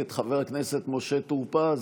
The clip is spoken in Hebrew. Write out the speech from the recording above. את חבר הכנסת משה טור פז,